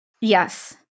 Yes